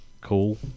cool